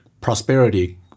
prosperity